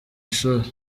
ishuri